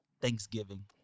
Thanksgiving